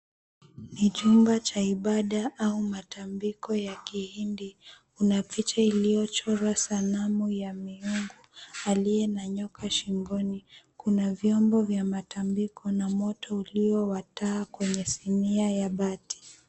Ni chumba cha ibada au matambiko ya Kihindi. Kuna picha iliyochorwa sanamu ya miungu aliye na nyoka shingoni. Kuna vyombo vya matambiko na moto ulio wa taa kwenye sinia ya bati.